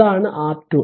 അതാണ് R 2